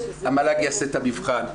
המל"ג יעשה את המבחן,